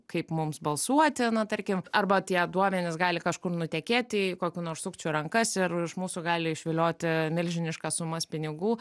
kaip mums balsuoti na tarkim arba tie duomenys gali kažkur nutekėt į kokių nors sukčių rankas ir iš mūsų gali išvilioti milžiniškas sumas pinigų